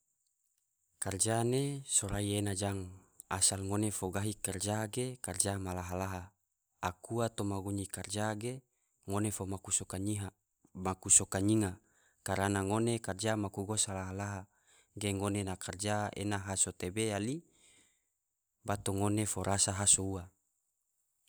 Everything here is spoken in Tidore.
Karja ne sorai ena jang, asal ngone fo gahi karja ge karja ge karja ma laha-laha, aku ua toma gunyihi karja ge ngone fo maku soka nyinga karana ngone karja maku gosa laha-laha ge ngone na karja ena haso tebe yali bato ngone fo rasa haso ua.